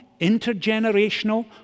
intergenerational